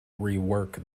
rework